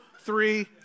three